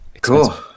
Cool